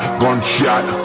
gunshot